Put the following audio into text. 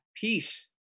peace